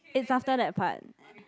it's after that part